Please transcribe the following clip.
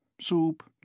soup